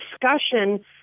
discussion